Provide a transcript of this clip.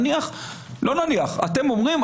אתם אומרים,